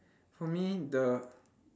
for me the